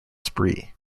spree